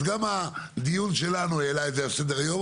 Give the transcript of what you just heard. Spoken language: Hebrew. אז גם הדיון שלנו העלה את זה על סדר היום,